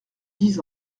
dix